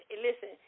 listen